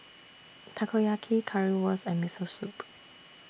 Takoyaki Currywurst and Miso Soup